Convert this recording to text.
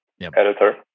editor